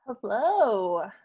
hello